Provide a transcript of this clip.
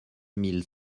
mille